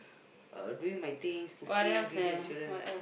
uh doing my things cooking busy with children